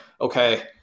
okay